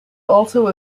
also